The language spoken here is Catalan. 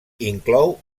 inclou